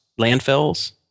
landfills